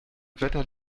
wetter